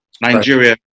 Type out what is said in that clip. Nigeria